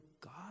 God